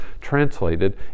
translated